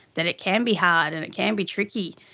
that it can be hard and it can be tricky,